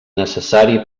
necessari